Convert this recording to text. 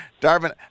Darvin